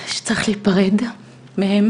כשצריך להיפרד מהם